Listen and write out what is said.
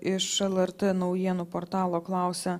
iš lrt naujienų portalo klausia